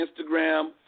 Instagram